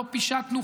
לא פישטנו,